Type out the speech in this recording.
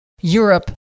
Europe